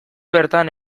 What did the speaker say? bertan